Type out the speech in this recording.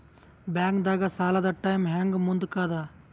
ಬ್ಯಾಂಕ್ದಾಗ ಸಾಲದ ಟೈಮ್ ಹೆಂಗ್ ಮುಂದಾಕದ್?